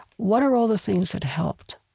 what are all the things that helped?